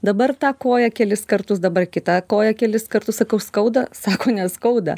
dabar tą koją kelis kartus dabar kitą koją kelis kartus sakau skauda sako neskauda